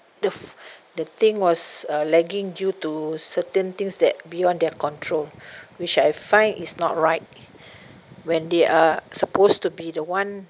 the the thing was uh lagging due to certain things that beyond their control which I find is not right when they are supposed to be the one